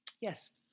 Yes